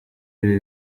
ibi